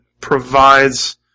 provides